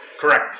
correct